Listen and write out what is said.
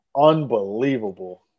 Unbelievable